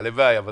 הלוואי.